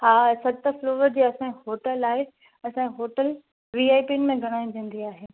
हा हा सत फ्लोर जी असांजी होटल आहे असांजी होटल वीआईपीन में ॻणाइजंदी आहे